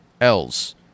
else